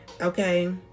okay